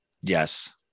Yes